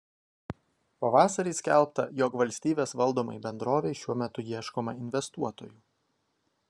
pavasarį skelbta jog valstybės valdomai bendrovei šiuo metu ieškoma investuotojų